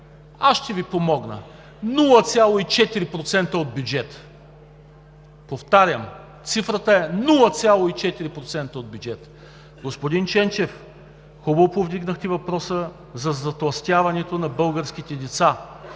Аз ще Ви помогна – 0,4% от бюджета. Повтарям, цифрата е 0,4% от бюджета. Господин Ченчев, хубаво повдигнахте въпроса за затлъстяването на българските деца.